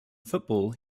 football